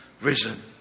risen